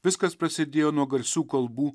viskas prasidėjo nuo garsų kalbų